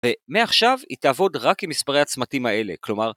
ומעכשיו היא תעבוד רק עם מספרי הצמתים האלה, כלומר...